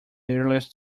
earliest